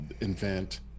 Invent